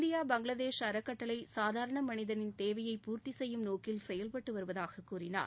India Bangladesh அறக்கட்டளை சாதாரண மனிதரின் தேவையை பூர்த்தி செய்யும் நோக்கில் செயல்பட்டு வருவதாக கூறினார்